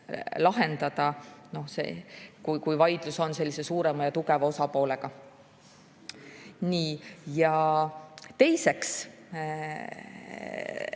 lahendada, kui vaidlus on sellise suurema, tugeva osapoolega. Nii. Teiseks